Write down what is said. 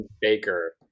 Baker